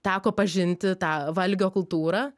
teko pažinti tą valgio kultūrą